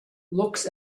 looks